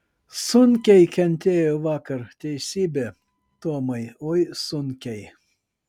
sunkiai kentėjo vakar teisybė tomai oi sunkiai